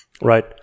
right